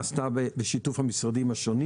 התוכנית תתבסס על עבודה שכבר נעשתה בשיתוף המשרדים השונים